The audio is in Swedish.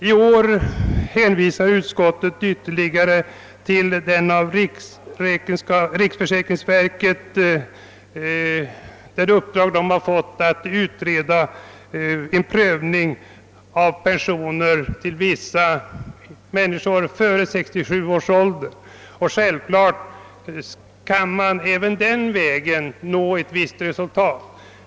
I år hänvisar utskottet dessutom till det uppdrag riksförsäkringsverket fått att företaga en prövning av frågan om beviljande av pension till vissa personer före 67 års ålder. Självfallet kan man även på denna väg nå vissa resultat.